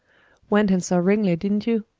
went and saw ringley, didn't you?